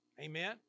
Amen